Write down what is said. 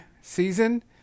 season